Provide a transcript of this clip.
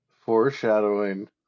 Foreshadowing